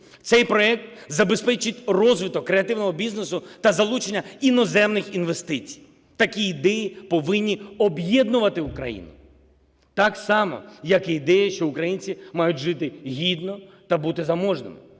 Цей проект забезпечить розвиток креативного бізнесу та залучення іноземних інвестицій. Такі ідеї повинні об'єднувати Україну, так само як і ідеї, що українці мають жити гідно та бути заможними.